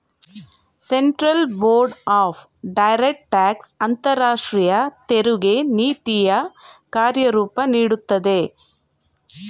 central board of direct tax ಅಂತರಾಷ್ಟ್ರೀಯ ತೆರಿಗೆ ನೀತಿಯ ಕಾರ್ಯರೂಪ ನೀಡುತ್ತದೆ